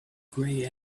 grey